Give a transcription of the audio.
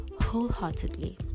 wholeheartedly